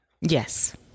Yes